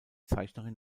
zeichnerin